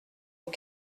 aux